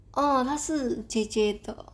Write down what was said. oh 他是 J_J 的